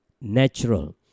natural